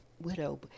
widow